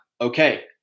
okay